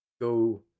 go